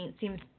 seems